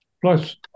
plus